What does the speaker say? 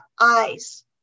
eyes